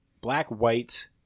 Black-White